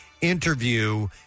interview